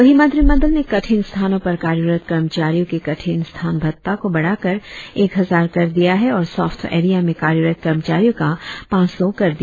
वही मंत्रिमंडल ने कठिन स्थानों पर कार्यरत कर्मचारियों के कठिन स्थान भत्ता को बढ़ाकर एक हजार कर दिया है और सॉफ्ट एरिया में कार्यरत कर्मचारियों का बढ़कर पाच सौ रुपया कर दिया